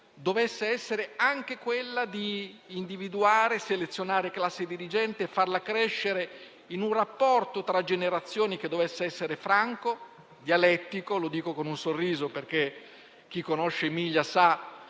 dovesse essere quella di individuare e selezionare la classe dirigente e di farla crescere, in un rapporto tra generazioni che doveva essere franco e dialettico. Lo dico con un sorriso, perché chi conosce Emilia sa